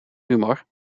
humor